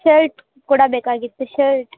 shirt ಕೂಡ ಬೇಕಾಗಿತ್ತು shirt